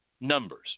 numbers